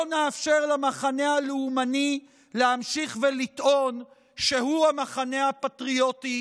לא נאפשר למחנה הלאומני להמשיך ולטעון שהוא המחנה הפטריוטי,